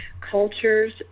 cultures